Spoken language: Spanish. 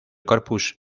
corpus